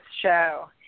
show